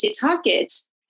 targets